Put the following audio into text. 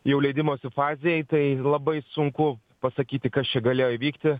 jau leidimosi fazėj tai labai sunku pasakyti kas čia galėjo įvykti